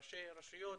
ראשי רשויות,